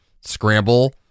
scramble